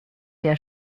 der